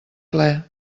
ple